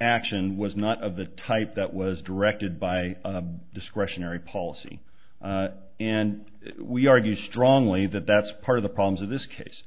action was not of the type that was directed by a discretionary policy and we argue strongly that that's part of the problems of this case